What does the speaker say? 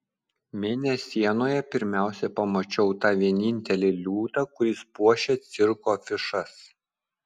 mėnesienoje pirmiausia pamačiau tą vienintelį liūtą kuris puošia cirko afišas